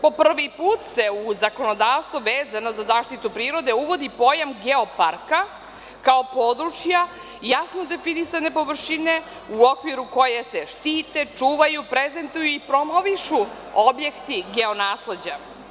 Po prvi put se u zakonodavstvo vezano za zaštitu prirode uvodi pojam geoparka kao područja jasno definisane površine u okviru koje se štite, čuvaju, prezentuju i promovišu objekti geonasleđa.